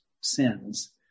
sins